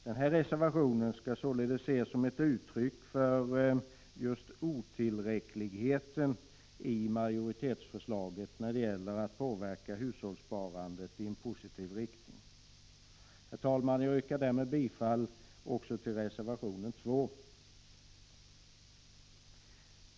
Den här reservationen skall således ses som ett uttryck för just otillräckligheten i majoritetsförslaget när det gäller möjligheterna att påverka hushållssparandet i positiv riktning. Herr talman! Jag yrkar därmed också bifall till reservation 2.